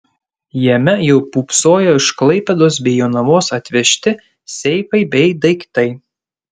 jame jau pūpsojo iš klaipėdos bei jonavos atvežti seifai bei daiktai